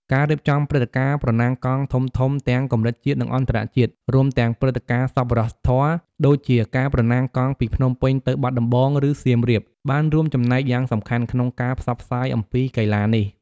ការរៀបចំព្រឹត្តិការណ៍ប្រណាំងកង់ធំៗ ទាំងកម្រិតជាតិ និងអន្តរជាតិ រួមទាំងព្រឹត្តិការណ៍សប្បុរសធម៌ ដូចជាការប្រណាំងកង់ពីភ្នំពេញទៅបាត់ដំបង ឬសៀមរាប បានរួមចំណែកយ៉ាងសំខាន់ក្នុងការផ្សព្វផ្សាយអំពីកីឡានេះ។